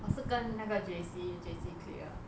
是跟那个 J_C J_C clique lah